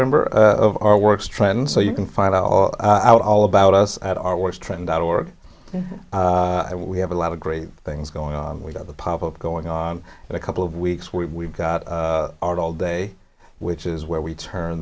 member of our works trends so you can find out all out all about us at our worst trend dot org we have a lot of great things going on with other pop up going on in a couple of weeks we've got out all day which is where we turn